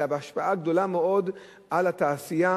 אלא ההשפעה היא גדולה מאוד על התעשייה.